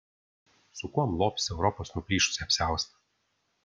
su kuom lopys europos nuplyšusį apsiaustą